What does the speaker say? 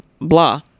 blah